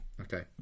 okay